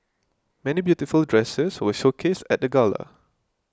many beautiful dresses were showcased at the gala